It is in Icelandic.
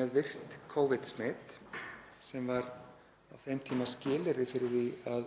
með virkt Covid-smit, sem var á þeim tíma skilyrði fyrir því að